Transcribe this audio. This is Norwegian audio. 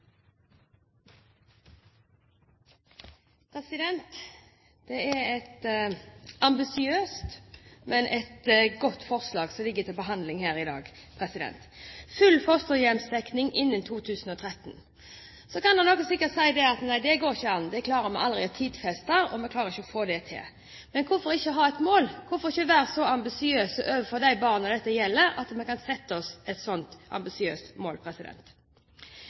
Det er et ambisiøst, men godt forslag som ligger til behandling her i dag – full fosterhjemsdekning innen 2013. Så kan noen sikkert si at nei, det går ikke an, det klarer vi aldri å tidfeste, og vi klarer ikke å få det til. Men hvorfor ikke ha et mål, hvorfor ikke være så ambisiøs overfor de barna dette gjelder at vi kan sette oss et slikt ambisiøst mål?